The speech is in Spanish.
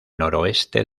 noroeste